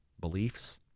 beliefs